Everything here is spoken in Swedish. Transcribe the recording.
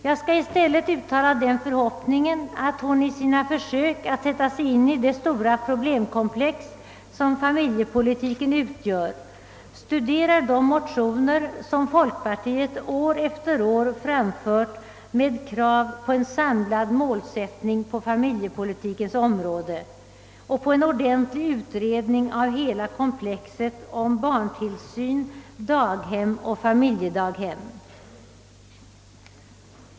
Jag skall i stället uttala den förhoppningen, att hon i sina försök att sätta sig in i det stora problemkomplex som familjepolitiken utgör studerar de motioner, som folkpartiet år efter år väckt och vari det framförs krav på en samlad målsättning på familjepolitikens område och på en ordentlig utredning av hela det komplex, som frågan om barntillsyn, daghem och familjedaghem utgör.